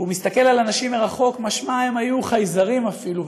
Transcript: הוא מסתכל על אנשים מרחוק משל הם היו חייזרים אפילו,